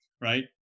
Right